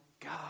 god